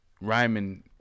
rhyming